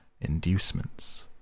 inducements